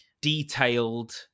detailed